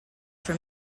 for